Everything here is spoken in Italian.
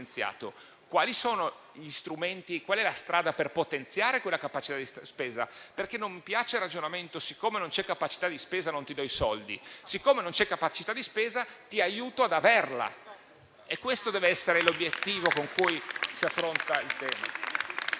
quali sono gli strumenti e qual è la strada per potenziare quella capacità di spesa? Non mi piace il ragionamento secondo il quale, siccome non c'è capacità di spesa, non vengono dati i soldi. Siccome non c'è capacità di spesa, ti aiuto ad averla. Questo deve essere l'obiettivo con cui si affronta il tema.